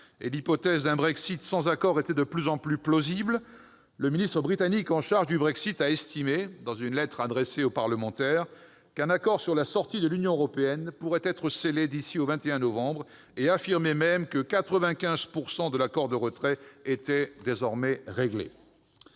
que l'hypothèse d'un Brexit sans accord était de plus en plus plausible, le secrétaire d'État britannique chargé du Brexit a estimé, dans une lettre adressée aux parlementaires, qu'un accord sur la sortie de l'Union européenne pouvait être scellé d'ici au 21 novembre prochain. Il a même affirmé que l'accord de retrait était désormais réglé